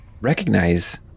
recognize